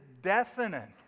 definite